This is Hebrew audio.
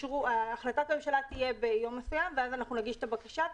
החלטת הממשלה תהיה ביום מסוים ואז אנחנו נגיש את הבקשה,